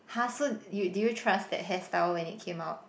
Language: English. har so did you trust that hairstyle when it came out